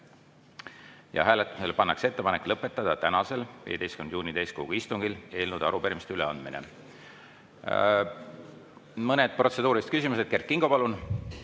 Hääletusele pannakse ettepanek lõpetada tänasel, 15. juuni täiskogu istungil eelnõude ja arupärimiste üleandmine. Mõned protseduurilised küsimused. Kert Kingo, palun!